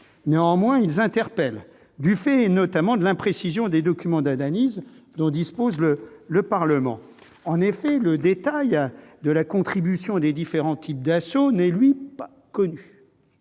Néanmoins, ils interpellent, du fait notamment de l'imprécision des documents d'analyse dont dispose le Parlement. En effet, le détail de la contribution des différents types d'ASSO n'est, lui, pas connu.